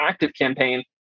ActiveCampaign